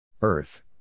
Earth